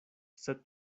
sed